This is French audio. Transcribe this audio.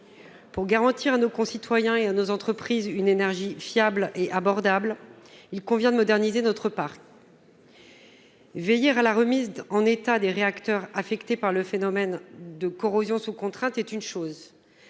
Pour garantir à nos concitoyens et à nos entreprises une énergie fiable et abordable, il convient de moderniser notre parc. Veiller à la remise en état des réacteurs affectés par le phénomène de corrosion sous contrainte est une chose,